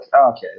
okay